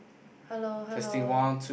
hello hello